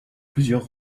plusieurs